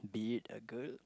be it a girl